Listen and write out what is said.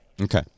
Okay